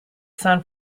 san